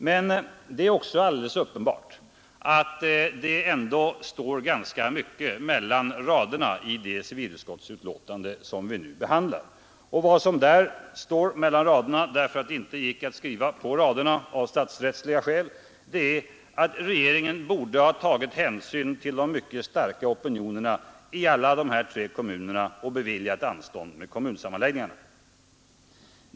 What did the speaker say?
Men det är alldeles uppenbart att det ändå står ganska mycket mellan raderna i det betänkande från civilutskottet som vi nu behandlar. Och vad som står mellan raderna därför att det inte gick att skriva på raderna, av statsrättsliga skäl, är att regeringen borde ha tagit hänsyn till de mycket starka opinionerna i alla de berörda kommunerna och beviljat anstånd med kommunsammanläggningarna.